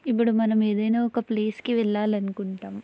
ఇప్పుడు మనం ఏదైనా ఒక ప్లేస్కి వెళ్ళాలి అనుకుంటాం